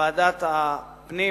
ועדת הפנים